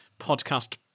podcast